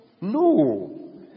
No